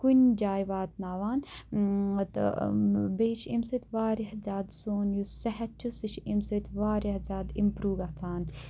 کُنہِ جایہِ واتناوان تہٕ بیٚیہِ چھُ امہِ سۭتۍ واریاہ زِیادٕ سون یُس صحت چھُ سُہ چھُ امہِ سۭتۍ واریاہ زِیادٕ اِمپروٗ گژھان